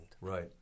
Right